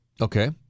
Okay